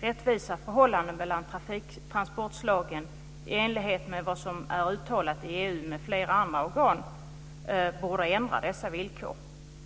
Rättvisa förhållanden mellan transportslagen i enlighet med vad som är uttalat i EU m.fl. andra organ borde leda till en ändring av dessa villkor.